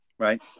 Right